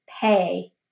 pay